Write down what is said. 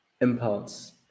impulse